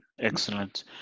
Excellent